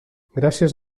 gràcies